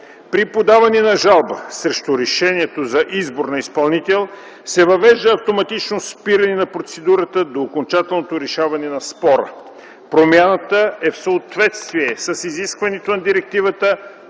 При подаване на жалба срещу решението за избор на изпълнител се въвежда автоматично спиране на процедурата до окончателното решаване на спора. Промяната е в съответствие с изискването на директивата